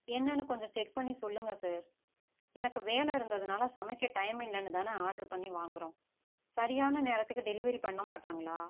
என்னனு கொஞ்சம் செக் பண்ணி சொல்லுங்க சார் எனக்கு வேலை இருந்ததினால சமைக்க டைம் இல்லைனு தானே ஆர்டர் பண்ணி வாங்குகிறோம் சரியான நேரத்துக்கு டெலிவரி பண்ண மாட்டாங்களா